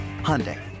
Hyundai